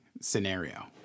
scenario